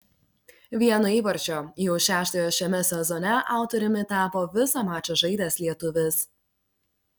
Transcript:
vieno įvarčio jau šeštojo šiame sezone autoriumi tapo visą mačą žaidęs lietuvis